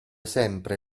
sempre